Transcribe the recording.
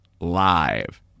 live